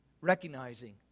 recognizing